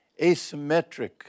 asymmetric